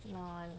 no I